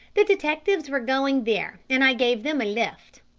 the detectives were going there and i gave them a lift.